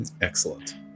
Excellent